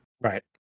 Right